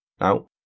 Now